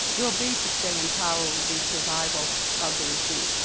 will be to stay in power, will be survival of the regime.